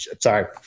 sorry